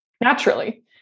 naturally